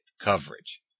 coverage